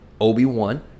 Obi-Wan